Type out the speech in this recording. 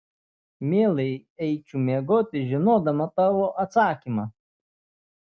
mielai eičiau miegoti žinodama tavo atsakymą